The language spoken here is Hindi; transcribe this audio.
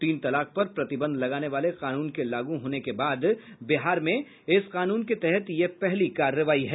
तीन तलाक पर प्रतिबंध लगाने वाले कानून के लागू होने के बाद बिहार में इस कानून के तहत यह पहली कार्रवाई है